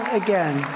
again